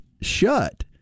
shut